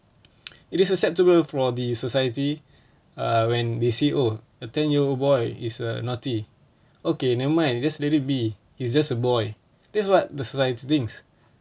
it is acceptable for the society err when they see oh a ten-year-old boy is a naughty okay never mind you just let it be he is just a boy that's what the society thinks